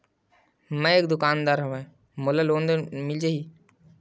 मै एक दुकानदार हवय मोला लोन मिल जाही?